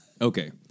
Okay